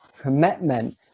commitment